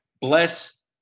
bless